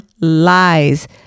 lies